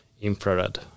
infrared